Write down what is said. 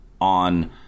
on